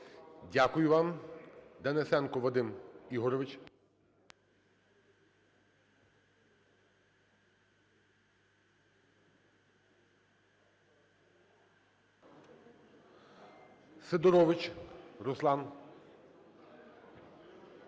Дякую вам. Денисенко Вадим Ігорович. Сидорович Руслан.